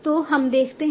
तो हम देखते हैं